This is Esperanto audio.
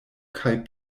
kaj